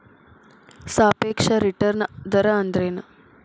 ಸಾಪೇಕ್ಷ ರಿಟರ್ನ್ ದರ ಅಂದ್ರೆನ್